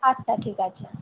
আচ্ছা ঠিক আছে